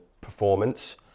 performance